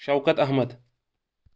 Shaukat Ahmad